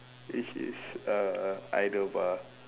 which is err idle bar